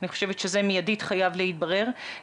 אני חושבת שזה מיידית חייב להתברר.